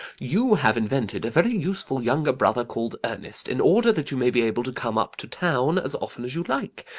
you have invented a very useful younger brother called ernest, in order that you may be able to come up to town as often as you like.